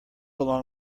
along